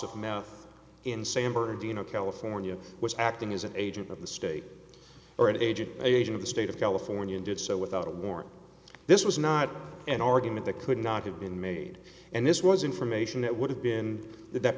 meth in san bernardino california was acting as an agent of the state or an agent asian of the state of california and did so without a warrant this was not an argument that could not have been made and this was information that would have been that